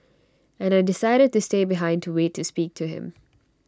and I decided to stay behind to wait to speak to him